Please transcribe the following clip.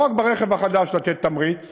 לא רק ברכב החדש לתת תמריץ